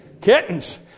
Kittens